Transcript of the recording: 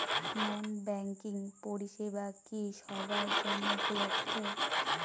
নন banking পরিষেবা কি সবার জন্য উপলব্ধ?